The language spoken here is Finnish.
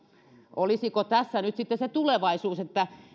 olisiko tässä nyt sitten se tulevaisuus että